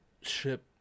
ship